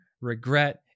Regret